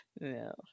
No